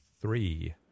three